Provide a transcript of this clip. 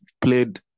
played